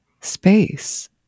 space